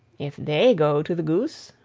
if they go to the goose,